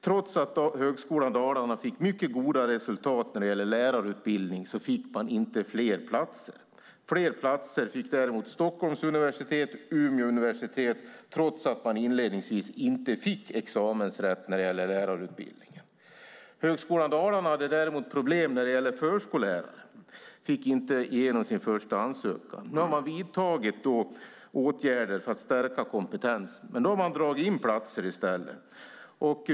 Trots att Högskolan Dalarna fick mycket goda resultat när det gällde lärarutbildning fick man inte fler platser. Fler platser fick däremot Stockholms universitet och Umeå universitet trots att de inledningsvis inte fick examensrätt när det gällde lärarutbildningen. Högskolan Dalarna hade problem när det gällde förskollärare. Man fick inte igenom sin första ansökan. Nu har man vidtagit åtgärder för att stärka kompetensen. Men då har det dragits in platser i stället.